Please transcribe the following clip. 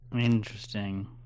Interesting